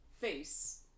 face